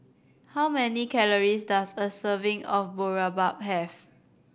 how many calories does a serving of Boribap have